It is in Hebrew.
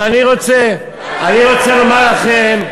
ואני רוצה לומר לכם,